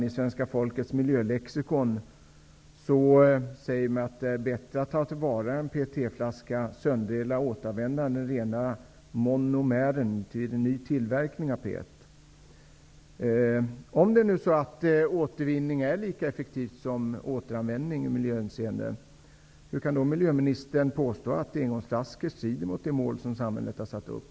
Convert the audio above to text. I Svenska folkets miljölexikon sägs: ''Därför är det bättre att ta till vara PET-flaskan, sönderdela den och återanvända den renade monomeren vid ny tillverkning av PET.'' Om nu återvinning är lika effektivt som återanvändning ur miljöhänseende, hur kan då miljöministern påstå att användande av engångsflaskor strider mot de mål som samhället har satt upp?